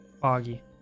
foggy